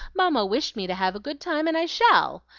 mamma wished me to have a good time, and i shall!